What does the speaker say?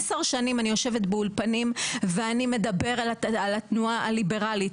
10 שנים אני יושבת באולפנים ואני מדברת על התנועה הליברלית.